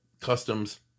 customs